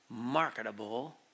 marketable